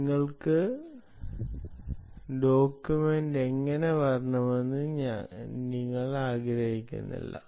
നിങ്ങളുടെ ഡോക്യുമെന്റ് എങ്ങനെ വരണമെന്ന് നിങ്ങൾ ആഗ്രഹിക്കുന്നില്ല